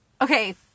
Okay